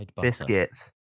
Biscuits